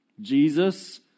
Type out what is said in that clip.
Jesus